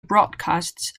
broadcasts